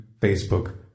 Facebook